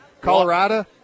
Colorado